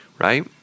right